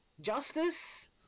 Justice